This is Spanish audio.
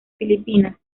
filipinas